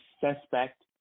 suspect